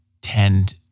tend